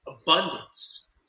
abundance